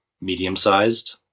medium-sized